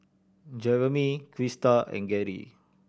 Jereme Crysta and Gerri